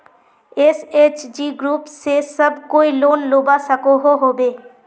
SHG group से सब कोई लोन लुबा सकोहो होबे?